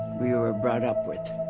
we were brought up with.